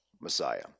Messiah